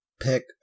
pick